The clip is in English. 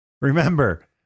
Remember